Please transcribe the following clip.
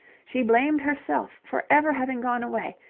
she blamed herself for ever having gone away,